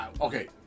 okay